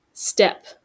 step